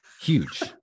huge